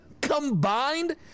combined